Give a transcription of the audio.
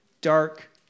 dark